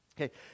Okay